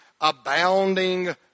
abounding